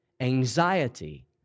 anxiety